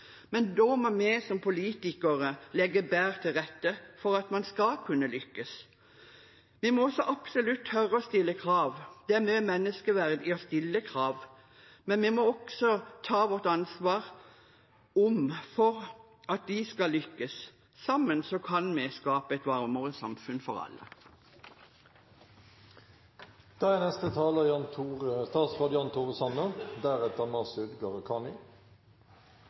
men da må vi som politikere legge bedre til rette for at man skal kunne lykkes. Vi må absolutt tørre å stille krav – det er mye menneskeverd i å stille krav, men vi må også ta vårt ansvar for at de skal lykkes. Sammen kan vi skape et varmere samfunn for alle. Et av regjeringens viktigste prosjekter denne perioden er